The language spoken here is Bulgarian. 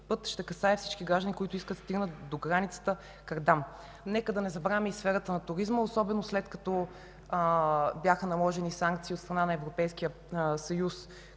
път ще касае всички граждани, които искат да стигнат до границата Кардам. Нека да не забравяме и сферата на туризма, особено след като бяха наложени санкции от страна на Европейския съюз